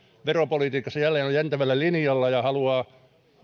veropolitiikassa jälleen jäntevällä linjalla ja haluaa